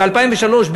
זה ב-2003,